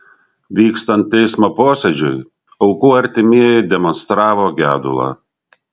vykstant teismo posėdžiui aukų artimieji demonstravo gedulą